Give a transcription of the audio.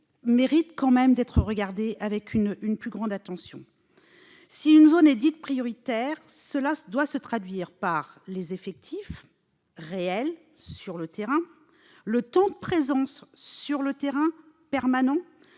mérite quand même d'être regardé avec une plus grande attention. Si une zone est dite prioritaire, cela doit se traduire par les effectifs réels sur le terrain, un temps permanent de présence sur le terrain, et une